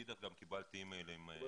מאידך גם קיבלתי אי-מיילים --- זאת